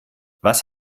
was